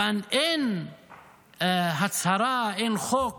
אבל אין הצהרה, אין חוק